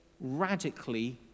radically